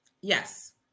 Yes